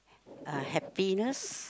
uh happiness